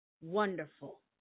wonderful